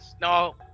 No